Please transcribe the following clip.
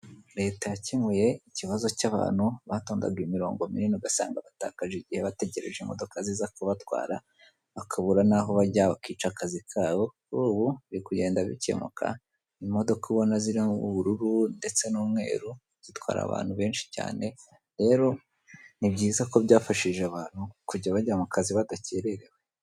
Leta yakemuye ikibazo cy'abantu batondaga imirongo minini ugasanga batakaje igihe bategereje n'imodoka ziza kubatwara, bakabura n'aho bajya, bakica akazi ka bo, kuri ubu biri kugenda bikemuka, imodoka ubona zirimo ubururu n'umweru zitwara abantu benshi cyane, rero, ni byiza ko zafashije abantu kujya bajya mu kazi badakererewe.